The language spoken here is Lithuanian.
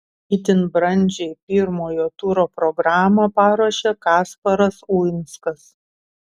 itin brandžiai pirmojo turo programą paruošė kasparas uinskas